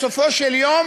בסופו של יום